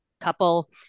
couple